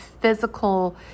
physical